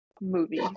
movie